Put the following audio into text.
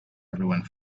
everyone